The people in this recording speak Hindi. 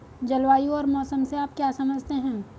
जलवायु और मौसम से आप क्या समझते हैं?